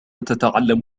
تتعلم